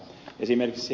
esimerkiksi